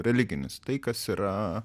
religinis tai kas yra